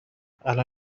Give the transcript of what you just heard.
الان